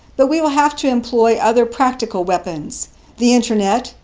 but we will have to employ other practical weapons the internet,